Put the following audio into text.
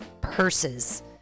purses